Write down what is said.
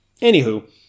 anywho